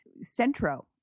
Centro